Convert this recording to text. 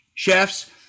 chefs